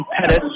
Pettis